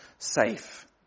safe